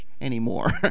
anymore